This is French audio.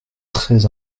très